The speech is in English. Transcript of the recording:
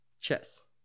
Chess